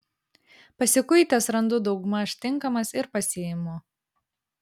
pasikuitęs randu daugmaž tinkamas ir pasiimu